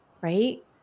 right